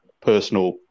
personal